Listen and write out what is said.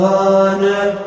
honor